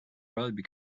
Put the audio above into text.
probably